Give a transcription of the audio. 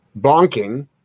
bonking